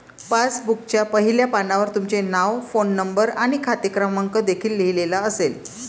पासबुकच्या पहिल्या पानावर तुमचे नाव, फोन नंबर आणि खाते क्रमांक देखील लिहिलेला असेल